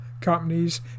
companies